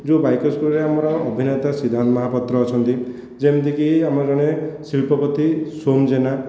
ଯେଉଁ ବାଇକର୍ସ ଆମର ଅଭିନେତା ସିଦ୍ଧାନ୍ତ ମହାପତ୍ର ଅଛନ୍ତି ଯେମିତିକି ଆମର ଜଣେ ଶିଳ୍ପପତି ସ୍ୱୟଂ ଜେନା